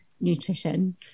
nutrition